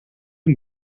een